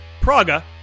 praga